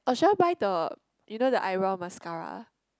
or should I buy the you know the eyebrow mascara